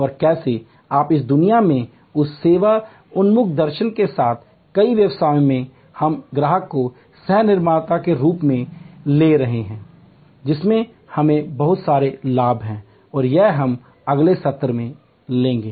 और कैसे आज की दुनिया में उस सेवा उन्मुख दर्शन के साथ कई व्यवसायों में हम इस ग्राहक को सह निर्माता के रूप में ला रहे हैं जिसमें बहुत सारे लाभ हैं और यही हम अगले सत्र में लेंगे